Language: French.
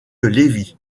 levy